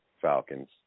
Falcons